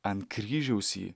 ant kryžiaus jį